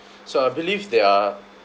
so I believe there are